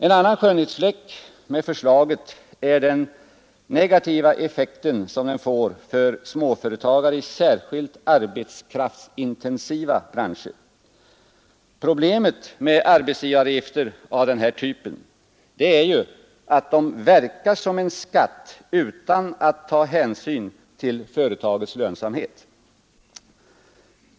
En annan skönhetsfläck hos förslaget är den negativa effekt som det får för småföretagare i särskilt arbetskraftsintensiva branscher. Problemet med arbetsgivaravgifter av den här typen är ju att de verkar som en skatt utan att ta hänsyn till företagets lönsamhet.